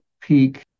peak